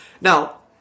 Now